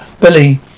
Billy